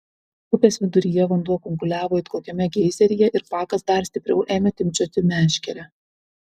upės viduryje vanduo kunkuliavo it kokiame geizeryje ir pakas dar stipriau ėmė timpčioti meškerę